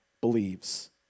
believes